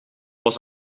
was